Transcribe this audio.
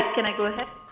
can i go ahead?